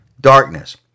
darkness